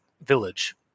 Village